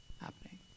Happening